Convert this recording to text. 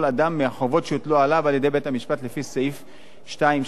עליו על-ידי בית-המשפט לפי סעיפים 3 4 לחוק,